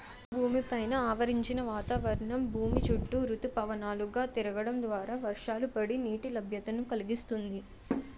భూమి పైన ఆవరించిన వాతావరణం భూమి చుట్టూ ఋతుపవనాలు గా తిరగడం ద్వారా వర్షాలు పడి, నీటి లభ్యతను కలిగిస్తుంది